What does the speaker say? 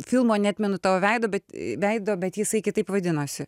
filmo neatmenu tavo veido bet veido bet jisai kitaip vadinosi